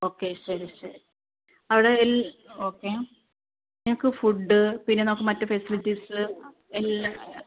okay ശരി ശരി അവിടെ എല്ലാ ഓക്കെ നിങ്ങൾക്ക് ഫുഡ് പിന്നെ നമുക്ക് മറ്റു ഫെസിലിറ്റീസ് ആ എല്ലാം